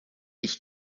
ich